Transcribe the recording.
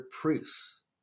priests